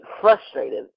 frustrated